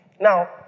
Now